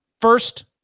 First